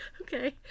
Okay